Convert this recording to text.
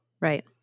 Right